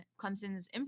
Clemson's